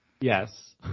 Yes